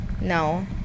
No